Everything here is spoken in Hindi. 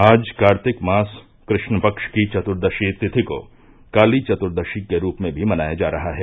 आज कार्तिक मास कृष्ण पक्ष की चतुर्दशी तिथि को काली चतुर्दशी के रूप में भी मनाया जा रहा है